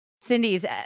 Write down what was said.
Cindy's